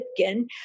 Lipkin